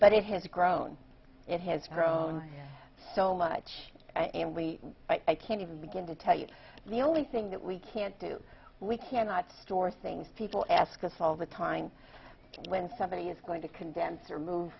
but it has grown it has grown so much and we can't even begin to tell you the only thing that we can't do we cannot store things people ask us all the time when somebody is going to convince or move